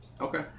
Okay